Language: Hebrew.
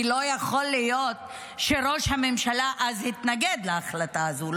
כי לא יכול להיות שראש הממשלה אז התנגד להחלטה הזאת,